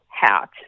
hat